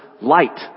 light